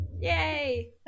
Yay